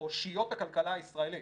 אושיות הכלכלה הישראלית,